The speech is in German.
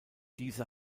diese